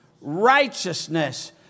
Righteousness